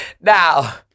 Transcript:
Now